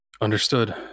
Understood